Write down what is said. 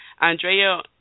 Andrea